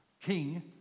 king